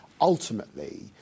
Ultimately